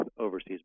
overseas